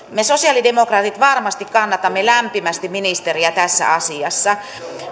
me sosialidemokraatit varmasti kannatamme lämpimästi ministeriä tässä asiassa